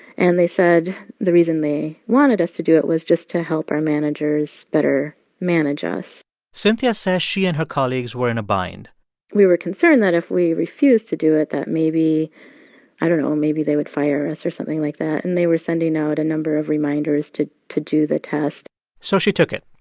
and they said the reason they wanted us to do it was just to help our managers better manage us cynthia says she and her colleagues were in a bind we were concerned that if we refused to do it, that maybe i don't know. maybe they would fire us or something like that. and they were sending out a number of reminders to to do the test so she took it.